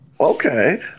Okay